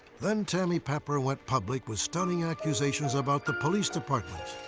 then tammy papler went public with stunning accusations about the police department.